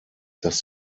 dass